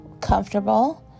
comfortable